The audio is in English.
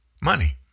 Money